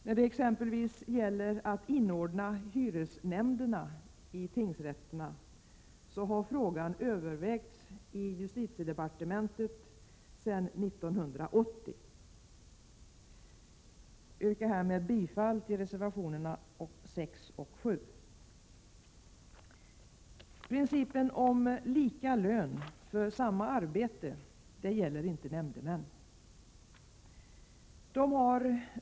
När det exempelvis gäller att inordna hyresnämnderna i tingsrätterna har frågan övervägts i justitiedepartementet sedan 1980. Jag yrkar härmed bifall till reservationerna nr 6 och 7. Principen om lika lön för samma arbete gäller inte nämndemän.